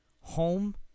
home